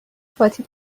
فاطی